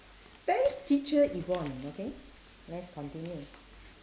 thanks teacher yvonne okay let's continue